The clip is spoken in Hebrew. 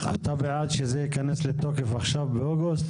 האם אתה בעד שזה ייכנס לתוקף עכשיו באוגוסט?